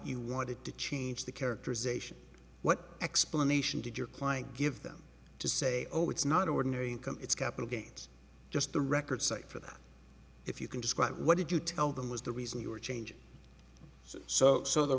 you wanted to change the characterization what explanation did your client give them to say oh it's not ordinary income it's capital gains just the record cite for that if you can describe what did you tell them was the reason you were changing so so the